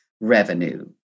revenue